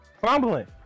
Fumbling